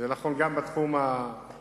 זה נכון גם בתחום הצבאי,